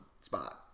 spot